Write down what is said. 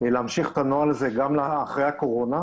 ולהמשיך את הנוהל הזה גם אחרי הקורונה.